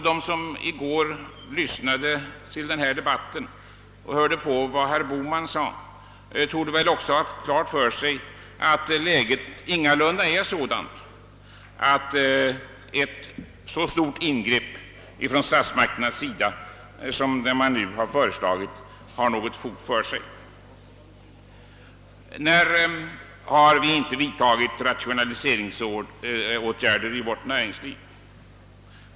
De som i går lyssnade på denna debatt och hörde vad herr Bohman sade torde ha klart för sig att läget ingalunda är sådant, att ett så stort ingrepp från statsmakternas sida som man nu har föreslagit skulle vara befogat. När har vi inte vidtagit rationaliseringsåtgärder i vårt näringsliv?